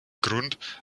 grund